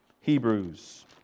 Hebrews